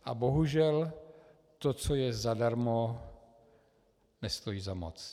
A bohužel to, co je zadarmo, nestojí za moc.